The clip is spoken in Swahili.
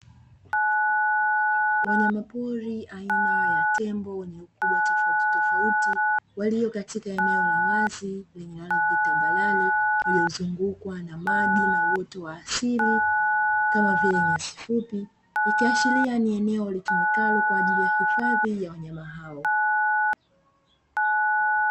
Wanyama pori aina ya tembo wenye ukubwa tofauti tofauti, waliokatika eneo la wazi lenye ardhi tambarare lililozungukwa na maji na uoto wa asili kama vile nyasi fupi, ikiashiria ni eneo litumikalo kwa ajili ya hifadhi ya wanyama hao.